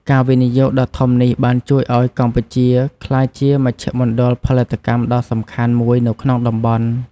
ការវិនិយោគដ៏ធំនេះបានជួយឱ្យកម្ពុជាក្លាយជាមជ្ឈមណ្ឌលផលិតកម្មដ៏សំខាន់មួយនៅក្នុងតំបន់។